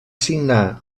signar